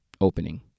opening